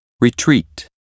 retreat